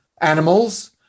animals